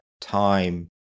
time